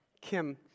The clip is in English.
Kim